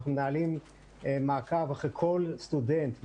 אנחנו מנהלים מעקב אחר כל סטודנט,